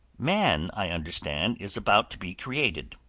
man, i understand, is about to be created.